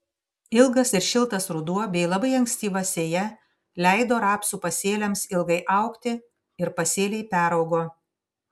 ilgas ir šiltas ruduo bei labai ankstyva sėja leido rapsų pasėliams ilgai augti ir pasėliai peraugo